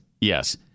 Yes